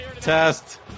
Test